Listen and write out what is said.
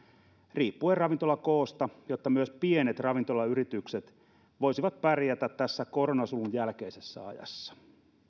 riippuen ravintolan koosta jotta myös pienet ravintolayritykset voisivat pärjätä tässä koronasulun jälkeisessä ajassa